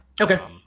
Okay